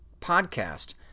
podcast